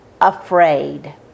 afraid